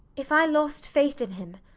if i lost faith in him,